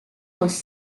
was